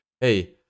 hey